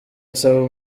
usaba